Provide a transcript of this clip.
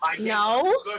No